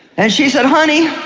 and she said, honey,